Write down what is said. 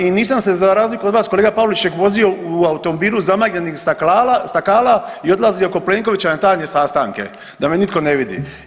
I nisam se za razliku od vas kolega Pavliček vozio u automobilu zamagljenih stakala i odlazio kod Plenkovića na tajne sastanke da me nitko ne vidi.